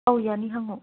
ꯑꯧ ꯌꯥꯅꯤ ꯍꯪꯉꯣ